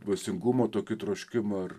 dvasingumo tokį troškimą ar